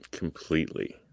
Completely